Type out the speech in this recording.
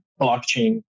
blockchain